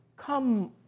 Come